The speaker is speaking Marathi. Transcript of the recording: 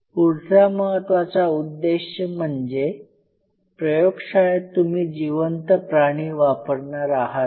पुढचा महत्वाचा उद्देश म्हणजे प्रयोगशाळेत तुम्ही जिवंत प्राणी वापरणार आहात का